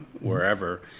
wherever